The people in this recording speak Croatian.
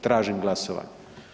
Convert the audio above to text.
Tražim glasovanje.